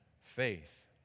faith